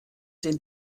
den